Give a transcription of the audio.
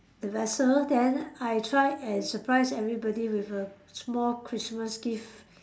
a vessel then I try and surprise everybody with a small Christmas gift